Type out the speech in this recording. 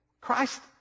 Christ